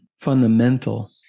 fundamental